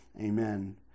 Amen